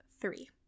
three